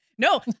No